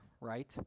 right